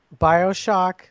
Bioshock